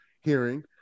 hearing